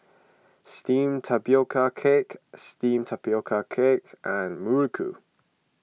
Steamed Tapioca Cake Steamed Tapioca Cake and Muruku